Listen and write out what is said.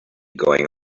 going